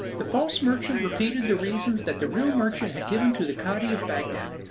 the false merchant repeated the reasons that the real merchant had given to the cadi of bagdad,